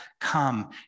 come